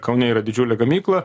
kaune yra didžiulė gamykla